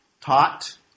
taught